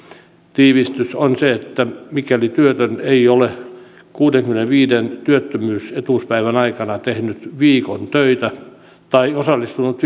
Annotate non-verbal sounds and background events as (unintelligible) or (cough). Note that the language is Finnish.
tiivistys on se että mikäli työtön ei ole kuudenkymmenenviiden työttömyysetuuspäivän aikana tehnyt viikon töitä tai osallistunut (unintelligible)